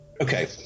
okay